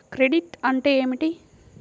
Credit అంటే ఏమిటి?